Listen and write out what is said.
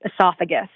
esophagus